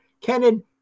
Kennan